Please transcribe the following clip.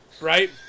right